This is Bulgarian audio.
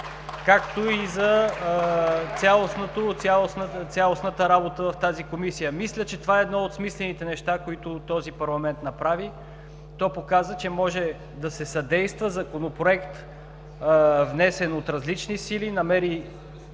както и за цялостната работа в тази Комисия. (Ръкопляскания.) Мисля, че това е едно от смислените неща, които този парламент направи. То показа, че може да се съдейства законопроект, внесен от различни сили, намери